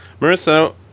marissa